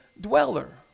dweller